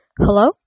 Hello